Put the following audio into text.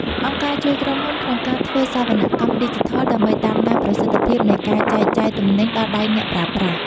អង្គការជួយក្រុមហ៊ុនក្នុងការធ្វើសវនកម្មឌីជីថល ដើម្បីតាមដានប្រសិទ្ធភាពនៃការចែកចាយទំនិញដល់ដៃអ្នកប្រើប្រាស់។